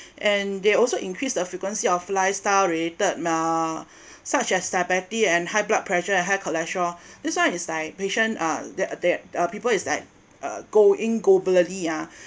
and they also increase the frequency of lifestyle related such as diabetes and high blood pressure and high cholesterol this one is like patient uh that uh people is like uh going globally ah